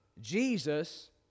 Jesus